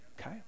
Okay